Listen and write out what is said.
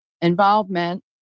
involvement